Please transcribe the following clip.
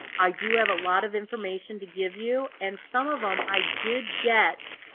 i do have a lot of information to give you and some of them i did get